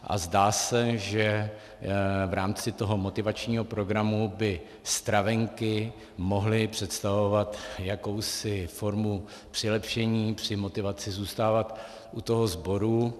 A zdá se, že v rámci toho motivačního programu by stravenky mohly představovat jakousi formu přilepšení při motivaci zůstávat u toho sboru.